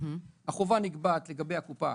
החובה נקבעת לגבי הקופה,